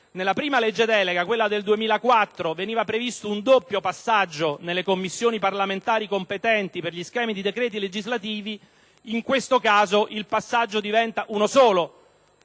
nella prima legge delega del 2004 veniva previsto un doppio passaggio nelle Commissioni parlamentari competenti per gli schemi di decreti legislativi, in questo caso il passaggio diventa uno solo.